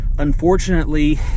unfortunately